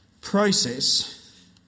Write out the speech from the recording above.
process